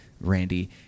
Randy